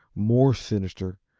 more sinister,